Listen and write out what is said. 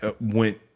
went